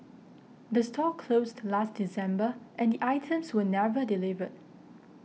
the store closed last December and the items were never delivered